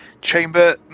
chamber